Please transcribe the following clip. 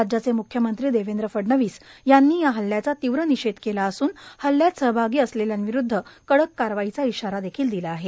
राज्याचे म्ख्यमंत्री देवेंद्र फडणवीस यांनी या हल्ल्याचा तीव्र निषेध केला असून हल्ल्यात सहभागी असलेल्यां विरूद्व कडक कारवाईचा इशारा देखील दिला आहे